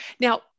now